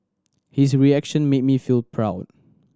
his reaction made me feel proud